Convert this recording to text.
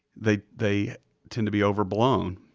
they they tend to be overblown.